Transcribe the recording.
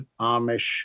Amish